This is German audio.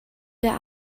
der